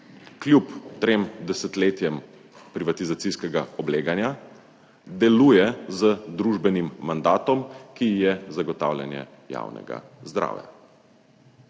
kljub trem desetletjem privatizacijskega obleganja deluje z družbenim mandatom, ki je zagotavljanje javnega zdravja.